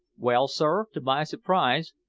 well, sir, to my surprise,